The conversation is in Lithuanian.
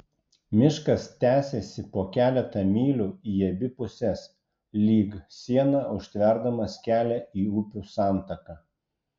miškas tęsėsi po keletą mylių į abi puses lyg siena užtverdamas kelią į upių santaką